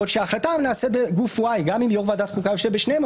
בעוד שההחלטה נעשית בגוף Y. גם אם יושב-ראש ועדת החוקה יושב בשניהם,